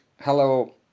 Hello